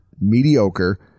mediocre